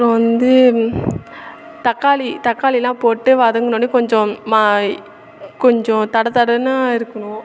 அப்புறம் வந்து தக்காளி தக்காளிலாம் போட்டு வதங்குனோடன்னே கொஞ்சம் மா கொஞ்சம் தடதடன்னு இருக்கணும்